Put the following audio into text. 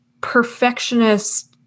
perfectionist